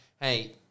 Hey